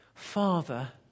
Father